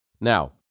Now